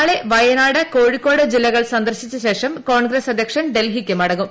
നാളെ വയനാട് കോഴിക്കോട്ട് ്ജില്ലക്ൾ സന്ദർശിച്ച ശേഷം കോൺഗ്രസ് അധ്യക്ഷൻ ഡിൽഹിക്ക് മടങ്ങും